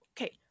okay